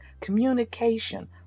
communication